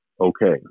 okay